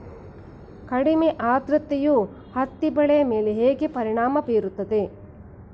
ಕಡಿಮೆ ಆದ್ರತೆಯು ಹತ್ತಿ ಬೆಳೆಯ ಮೇಲೆ ಹೇಗೆ ಪರಿಣಾಮ ಬೀರುತ್ತದೆ?